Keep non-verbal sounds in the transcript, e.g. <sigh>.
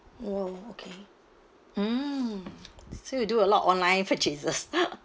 okay mm so you do a lot online purchases <noise>